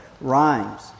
rhymes